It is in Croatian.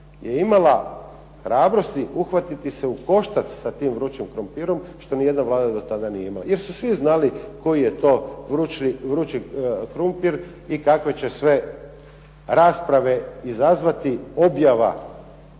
je imala hrabrosti uhvatiti se u koštac sa vrućim krumpirom što ni jedna vlada do tada nije imala, jer su svi znali što je to vrući krumpir i kakve će sve rasprave izazvati objava